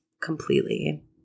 completely